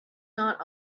not